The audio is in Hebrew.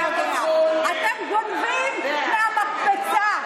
אני מתביישת בבית הזה, והערתי לך?